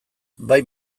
bai